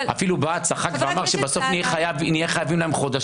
צחק ואמר שבסוף נהיה חייבים להם חודשים.